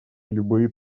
любые